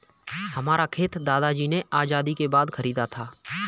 हमारा खेत दादाजी ने आजादी के बाद खरीदा था